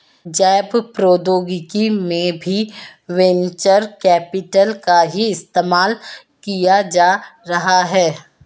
जैव प्रौद्योगिकी में भी वेंचर कैपिटल का ही इस्तेमाल किया जा रहा है